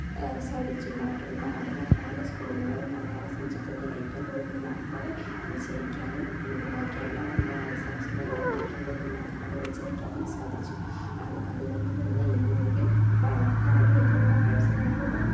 സാധിച്ചു അത് മാത്രമല്ല സ്കൂളുകളിൽ മലയാള സബ്ജക്റ്റിന് ഏറ്റവും കൂടുതൽ മാർക്കോടെ വിജയിക്കാനും എനിക്ക് ബാക്കി എല്ലാ സബ്ജക്റ്റിനേക്കാളും ഏറ്റവും കൂടുതൽ മാർക്കോടെ വിജയിക്കാനും സാധിച്ചു അത് അതുകൊണ്ട് തന്നെ ഇന്ന് എനിക്ക് പല തരത്തിലുള്ള മത്സരങ്ങളിലും